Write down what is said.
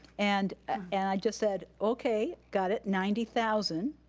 and ah and i just said, okay, got it, ninety thousand,